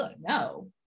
no